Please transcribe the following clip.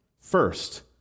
first